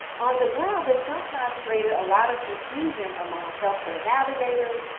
on the ground, this sometimes created a lot of confusion among health care and navigators,